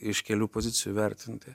iš kelių pozicijų vertinti